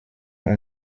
und